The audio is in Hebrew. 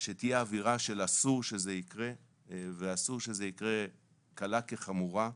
שתהיה אווירה של אסור שזה יקרה ואסור שזה יקרה קלה כחמורה.